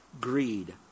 greed